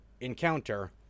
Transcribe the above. encounter